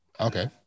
Okay